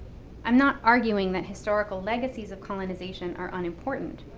i'm not arguing that historical legacies of colonization are unimportant,